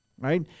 right